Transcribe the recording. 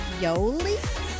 Yoli